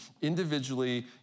individually